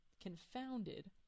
confounded